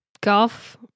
golf